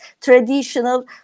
traditional